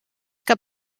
que